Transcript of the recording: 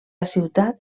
ciutat